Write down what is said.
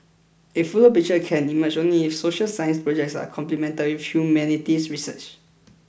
a fuller picture can emerge only if social science projects are complemented with humanities research